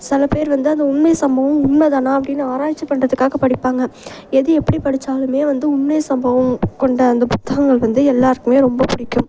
சில பேர் வந்து அந்த உண்மை சம்பவம் உண்மைதானா அப்படின்னு ஆராய்ச்சி பண்ணுறதுக்காக படிப்பாங்க எது எப்படி படித்தாலுமே வந்து உண்மை சம்பவம் கொண்ட அந்த புத்தகங்கள் வந்து எல்லோருக்குமே ரொம்ப பிடிக்கும்